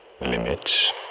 Limits